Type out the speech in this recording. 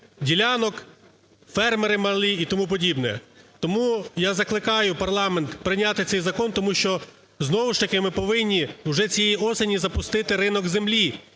ділянок, фермери малі і тому подібне. Тому я закликаю парламент прийняти цей закон, тому що знову ж таки ми повинні вже цієї осені запустити ринок землі.